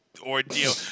ordeal